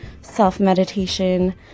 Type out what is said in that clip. self-meditation